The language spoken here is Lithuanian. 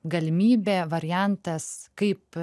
galimybė variantas kaip